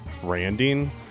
branding